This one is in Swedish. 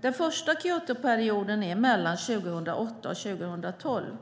Den första Kyotoperioden gäller åren 2008-2012.